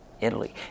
Italy